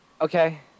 Okay